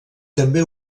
també